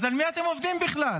אז על מי אתם עובדים בכלל?